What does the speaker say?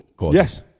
Yes